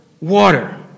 water